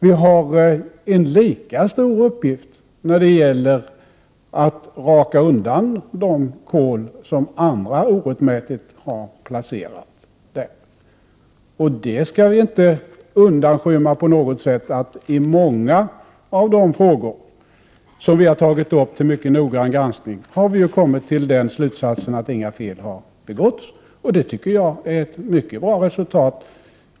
Vi har en lika stor uppgift när det gäller att raka undan de kol som andra orättmätigt har placerat på hjässorna. Vi skall inte på något sätt undanskymma att i många av de frågor som vi har tagit upp till noggrann granskning har vi kommit till slutsatsen att inga fel har begåtts. Det tycker jag är ett mycket bra resultat.